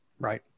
Right